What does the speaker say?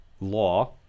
Law